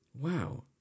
Wow